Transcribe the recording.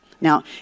Now